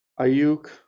Ayuk